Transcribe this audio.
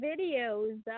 videos